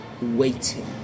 waiting